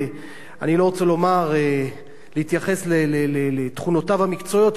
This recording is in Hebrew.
אני לא רוצה להתייחס לתכונותיו המקצועיות,